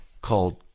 called